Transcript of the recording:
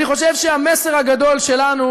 אני חושב שהמסר הגדול שלנו